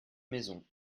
maison